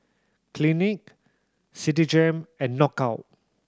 Clinique Citigem and Knockout